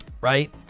Right